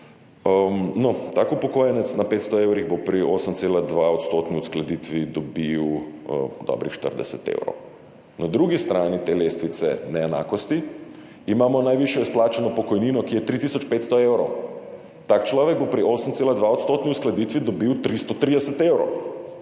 tak upokojenec na 500 evrih bo pri 8,2-odstotni uskladitvi dobil dobrih 40 evrov. Na drugi strani te lestvice neenakosti imamo najvišjo izplačano pokojnino, ki je 3 tisoč 500 evrov! Tak človek bo pri 8,2-odstotni uskladitvi dobil 330 evrov.